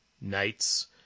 Knights